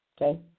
okay